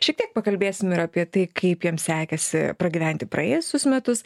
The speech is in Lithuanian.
šiek tiek pakalbėsim ir apie tai kaip jam sekėsi pragyventi praėjusius metus